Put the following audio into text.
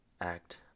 act